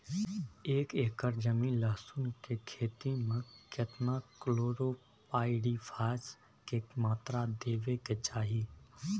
एक एकर जमीन लहसुन के खेती मे केतना कलोरोपाईरिफास के मात्रा देबै के चाही?